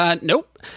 Nope